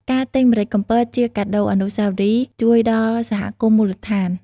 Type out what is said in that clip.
ការទិញម្រេចកំពតជាកាដូអនុស្សាវរីយ៍ជួយដល់សហគមន៍មូលដ្ឋាន។